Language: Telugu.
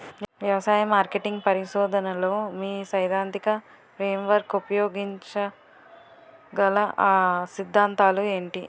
వ్యవసాయ మార్కెటింగ్ పరిశోధనలో మీ సైదాంతిక ఫ్రేమ్వర్క్ ఉపయోగించగల అ సిద్ధాంతాలు ఏంటి?